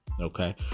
Okay